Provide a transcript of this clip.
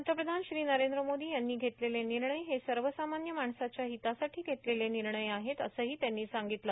पंतप्रधान श्री नरेंद्र मोदी यांनी घेतलेले निर्णय हे सर्वसामाव्य माणसाच्या हितासाठी घेतलेले निर्णय आहेत असंही त्यांनी सांगितलं